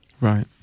Right